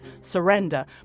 surrender